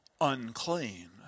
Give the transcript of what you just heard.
unclean